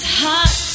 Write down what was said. hot